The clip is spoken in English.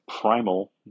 primal